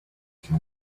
can